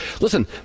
Listen